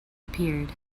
appeared